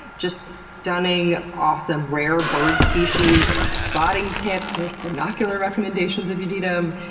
just stunning, awesome, rare bird species, spotting tips, there's binocular recommendations if you need them.